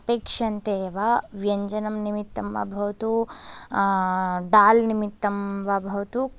अपेक्ष्यन्ते वा व्यञ्जननिमित्तं वा भवतु दाल् निमित्तं वा भवतु